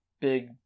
big